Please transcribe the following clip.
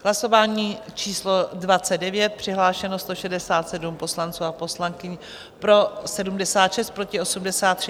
Hlasování číslo 29, přihlášeno 167 poslanců a poslankyň, pro 76, proti 83.